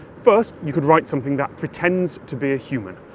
first you could write something that pretends to be a human.